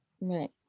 Right